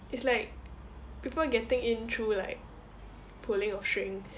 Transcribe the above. it's like people getting in through like pulling of strings